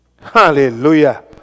Hallelujah